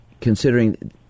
considering